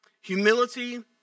humility